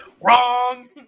Wrong